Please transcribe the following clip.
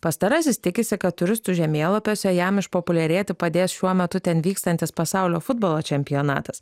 pastarasis tikisi kad turistų žemėlapiuose jam išpopuliarėti padės šiuo metu ten vykstantis pasaulio futbolo čempionatas